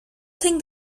thing